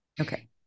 Okay